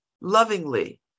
lovingly